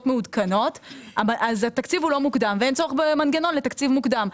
מעודכנות אז התקציב הוא לא מוקדם ואין צורך במנגנון לתקציב מוקדם,